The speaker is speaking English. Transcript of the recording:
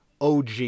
OG